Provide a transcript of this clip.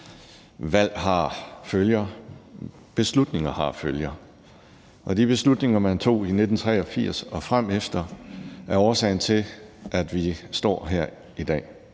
Valg har følger, beslutninger har følger. Og de beslutninger, man tog i 1983 og fremefter, er årsagen til, at vi står her i dag.